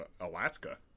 alaska